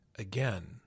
Again